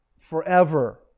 forever